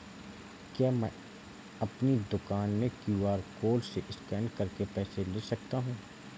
क्या मैं अपनी दुकान में क्यू.आर कोड से स्कैन करके पैसे ले सकता हूँ?